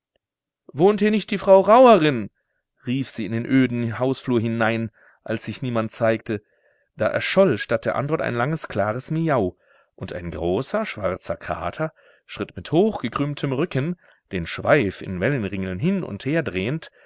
wohnt hier nicht die frau rauerin rief sie in den öden hausflur hinein als sich niemand zeigte da erscholl statt der antwort ein langes klares miau und ein großer schwarzer kater schritt mit hochgekrümmtem rücken den schweif in wellenringeln hin und her drehend